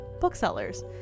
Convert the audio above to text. Booksellers